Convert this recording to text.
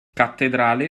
cattedrale